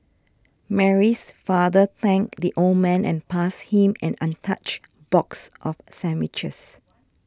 Mary's father thanked the old man and passed him an untouched box of sandwiches